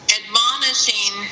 admonishing